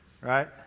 Right